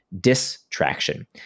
distraction